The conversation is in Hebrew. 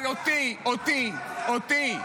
אבל אותי, אותי,